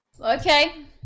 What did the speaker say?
Okay